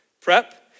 prep